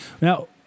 Now